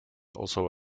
also